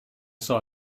saw